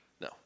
No